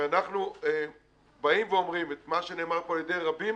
שאנחנו באים ואומרים את מה שנאמר פה על ידי רבים,